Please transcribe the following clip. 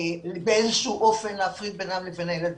באיזשהו אופן להפריד בינם לבין הילדים.